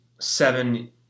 seven